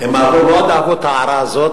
הם מאוד אהבו את ההערה הזאת,